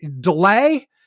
delay